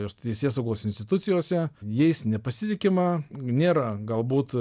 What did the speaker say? ir teisėsaugos institucijose jais nepasitikima nėra galbūt